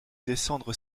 descendre